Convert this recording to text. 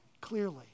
clearly